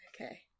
Okay